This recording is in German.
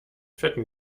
fetten